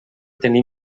tenir